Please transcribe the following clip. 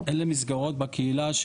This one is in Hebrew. לא בקהילה?